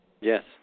Yes